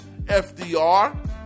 fdr